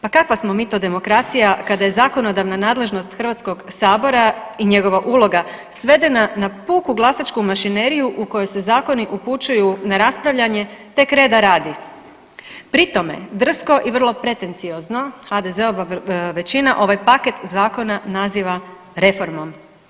Pa kakva smo mi to demokracija kad je zakonodavna nadležnost HS-a i njegova uloga svedena na puku glasačku mašineriju u koju se zakoni upućuju na raspravljanje tek reda radi, pri tome drsko i vrlo pretenciozno HDZ-ova većina ovaj paket zakona naziva reformom.